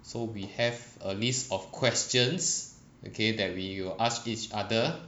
so we have a list of questions okay that we will ask each other